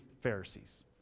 Pharisees